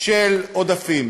של עודפים,